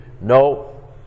No